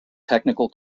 technical